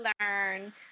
learn